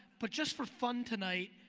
but just for fun tonight,